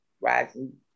rising